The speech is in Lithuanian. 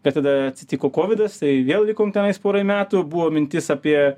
bet tada atsitiko kovidas tai vėl liko tenais porai metų buvo mintis apie